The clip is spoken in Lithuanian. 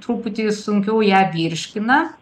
truputį sunkiau ją virškina